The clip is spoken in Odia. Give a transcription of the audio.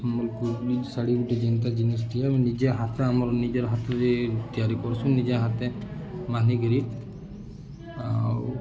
ସମ୍ବଲପୁର ବି ଶାଢ଼ୀ ଗୋଟେ ଯେନ୍ତା ଜିନି ଦଏ ଆମ ନିଜେ ହାତ ଆମର ନିଜର ହାତରେ ତିଆରି କରୁସୁଁ ନିଜ ହାତ ମନା ନିକିରି ଆଉ